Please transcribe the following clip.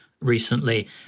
recently